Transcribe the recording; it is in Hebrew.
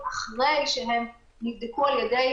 כמעט שולית.